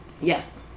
Yes